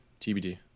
TBD